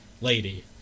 lady